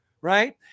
right